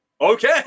Okay